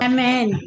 Amen